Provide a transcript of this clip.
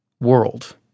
world